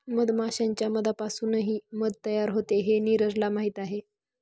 मधमाश्यांच्या मधापासूनही मध तयार होते हे नीरजला माहीत आहे